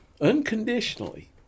Unconditionally